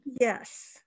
Yes